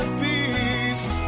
peace